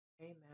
Amen